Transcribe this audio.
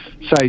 say